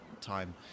time